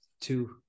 Two